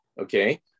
okay